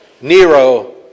Nero